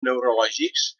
neurològics